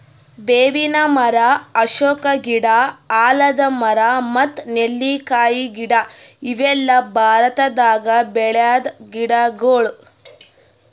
ಬೇವಿನ್ ಮರ, ಅಶೋಕ ಗಿಡ, ಆಲದ್ ಮರ ಮತ್ತ್ ನೆಲ್ಲಿಕಾಯಿ ಗಿಡ ಇವೆಲ್ಲ ಭಾರತದಾಗ್ ಬೆಳ್ಯಾದ್ ಗಿಡಗೊಳ್